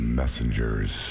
Messengers